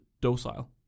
docile